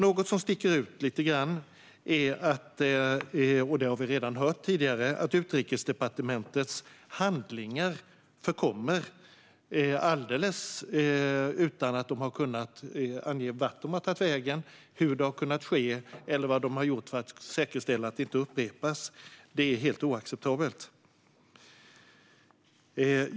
Något som sticker ut lite grann är, som vi hörde tidigare här, att Utrikesdepartementets handlingar förkommer alldeles utan att man har kunnat ange vart de har tagit vägen, hur det har kunnat ske eller vad man har gjort för att säkerställa att det inte upprepas. Detta är helt oacceptabelt.